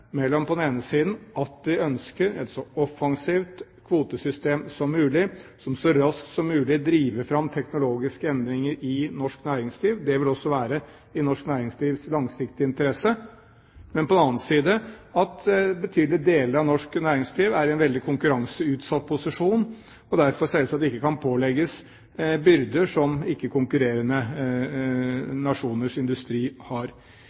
mellom det at vi ønsker et så offensivt kvotesystem som mulig, som så raskt som mulig driver fram teknologiske endringer i norsk næringsliv – det vil også være i norsk næringslivs langsiktige interesse – og på den annen side at betydelige deler av norsk næringsliv er i en veldig konkurranseutsatt posisjon, og derfor selvsagt ikke kan pålegges byrder som ikke konkurrerende nasjoners industri har.